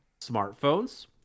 smartphones